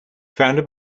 founded